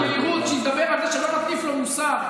היהירות כשהוא מדבר על זה שלא נטיף לו מוסר.